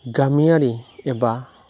गामियारि एबा